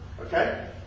Okay